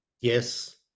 yes